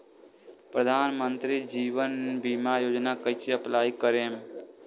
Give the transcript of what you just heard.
प्रधानमंत्री जीवन ज्योति बीमा योजना कैसे अप्लाई करेम?